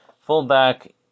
Fullback